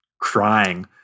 crying